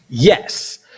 yes